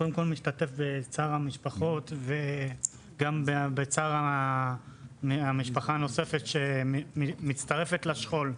קודם כול אני משתתף בצער המשפחות וגם בצער המשפחה הנוספת שמצטרפת לשכול.